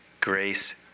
grace